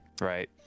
right